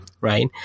right